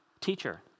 teacher